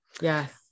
Yes